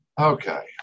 Okay